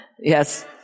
Yes